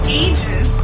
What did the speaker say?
ages